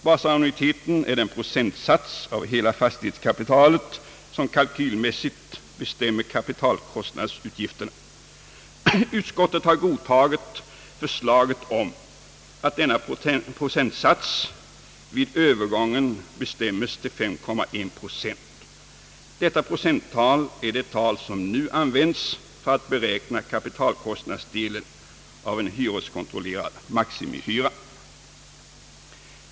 Basannuiteten är den procentsats av hela fastighetskapitalet som kalkylmässigt bestämmer kapitalkostnadsutgifterna. Utskottet har godtagit förslaget om att denna procentsats vid övergången bestämmes till 5,1 procent. Detta procenttal är det tal som nu används för att beräkna kapitalkostnadsdelen av en hyreskontrollerad maximihyra.